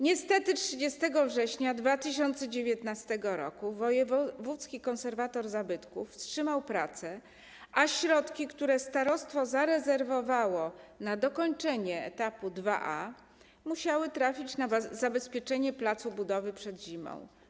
Niestety 30 września 2019 r. wojewódzki konserwator zabytków wstrzymał prace, a środki, które starostwo zarezerwowało na dokończenie etapu IIA, musiały trafić na zabezpieczenie placu budowy przed zimą.